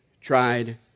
tried